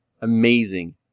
amazing